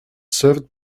served